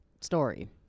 story